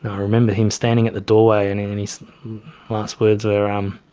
i remember him standing at the doorway and and his last words were, um